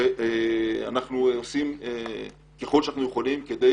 ואנחנו עושים ככל יכולתנו כדי